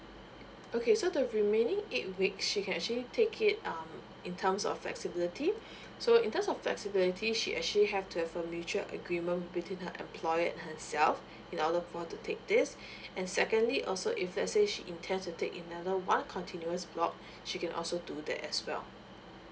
okay so the remaining eight weeks she can actually take it um in terms of flexibility so in terms of flexibility she actually have to have a mutual agreement between the employer herself in order for to take this and secondly also if let's say she intends to take another one continuous block she can also do that as well